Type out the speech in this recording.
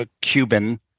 cuban